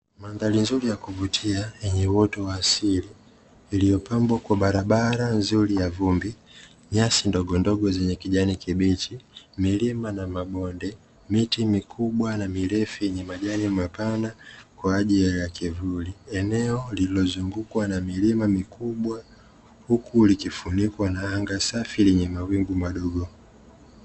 Mandhari nzuri ya kuvutia yenye uoto wa asili iliyopambwa kwa barabara nzuri ya vumbi, nyasi ndogondogo za kijani kibichi, milima na mabonde, miti mikubwa na mirefu yenye majani mapana kwa ajili ya kivuli. Eneo lililozungukwa na milima mikubwa huku likifunikwa na anga safi lenye mawingu madogo.